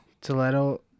Toledo